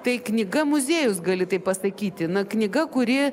tai knyga muziejus gali taip pasakyti na knyga kuri